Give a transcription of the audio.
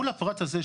מול הפרט הזה,